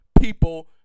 people